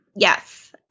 Yes